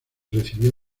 recibió